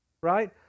right